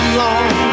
long